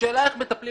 השאלה איך מטפלים